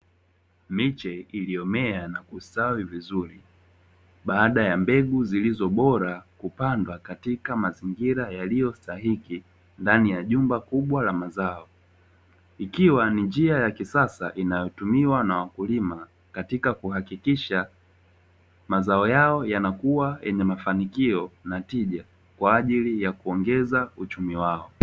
Miche iliyomea na kustawi vizuri, baada ya mbegu zilizo bora kupandwa katika mazingira yaliyo sahihi ndani ya jumba kubwa la mazao. Ikiwa ni njia ya kisasa inayotumiwa na wakulima katika kuhakikisha mazao yao yanakuwa yenye mafanikio na tija, kwa ajili ya kuongeza Uchumi.